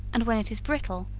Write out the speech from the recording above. and when it is brittle,